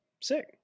Sick